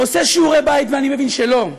ועושה שיעורי בית, ואני מבין שלא,